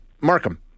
Markham